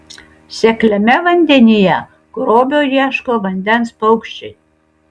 sekliame vandenyje grobio ieško vandens paukščiai